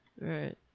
right